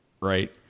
right